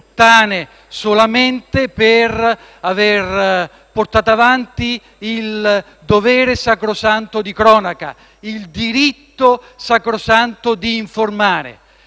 solamente per aver portato avanti il dovere sacrosanto di cronaca, il diritto sacrosanto di informare.